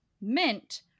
mint